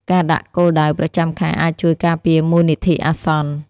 ការដាក់គោលដៅប្រចាំខែអាចជួយការពារមូលនិធិអាសន្ន។